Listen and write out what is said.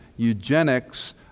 eugenics